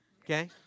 Okay